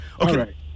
Okay